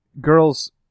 Girls